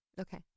Okay